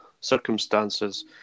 circumstances